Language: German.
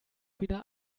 wieder